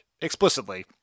explicitly